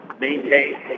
maintain